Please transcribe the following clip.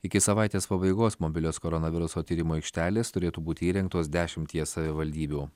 iki savaitės pabaigos mobilios koronaviruso tyrimų aikštelės turėtų būti įrengtos dešimtyje savivaldybių